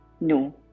No